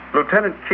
Lieutenant